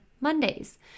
Mondays